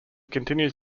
continues